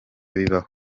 bibaho